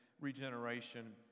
regeneration